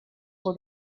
for